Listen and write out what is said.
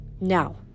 Now